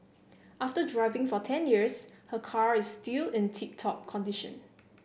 after driving for ten years her car is still in tip top condition